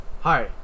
hi